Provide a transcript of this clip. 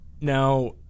Now